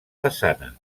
façana